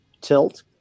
tilt